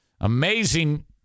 Amazing